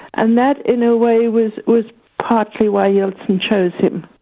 and that in a way was was partly why yeltsin chose him.